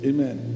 Amen